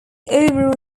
overall